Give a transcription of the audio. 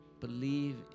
Believe